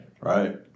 Right